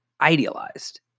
idealized